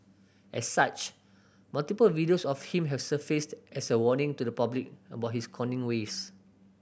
as such multiple videos of him have surfaced as a warning to the public about his conning ways